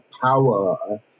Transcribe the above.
power